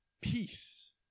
peace